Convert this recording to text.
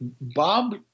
Bob